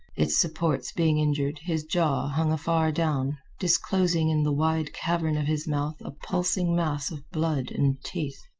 its supports being injured, his jaw hung afar down, disclosing in the wide cavern of his mouth a pulsing mass of blood and teeth.